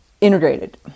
integrated